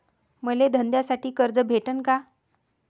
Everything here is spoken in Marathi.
मले धंद्यासाठी कर्ज भेटन का?